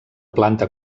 planta